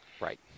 Right